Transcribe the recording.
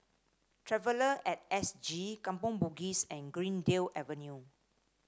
Traveller and S G Kampong Bugis and Greendale Avenue